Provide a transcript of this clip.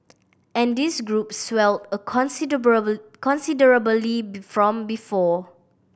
and this group swelled considerably be from before